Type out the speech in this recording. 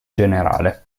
generale